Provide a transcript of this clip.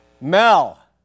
Mel